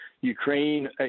Ukraine